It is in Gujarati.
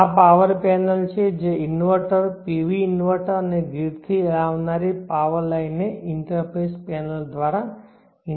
આ પાવર પેનલ છે જે ઇન્વર્ટર PV ઇન્વર્ટર અને ગ્રીડથી આવનારી પાવર લાઇનને આ ઇન્ટરફેસ પેનલ દ્વારા ઇન્ટરફેસ કરે છે